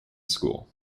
school